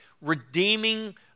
redeeming